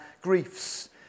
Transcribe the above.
griefs